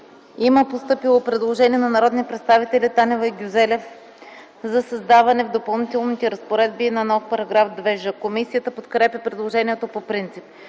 има постъпило предложение от народните представители Танева и Гюзелев за създаване в Допълнителните разпоредби на нов § 2ж. Комисията подкрепя предложението по принцип.